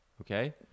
Okay